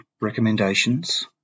recommendations